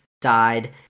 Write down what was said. died